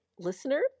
listener